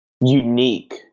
unique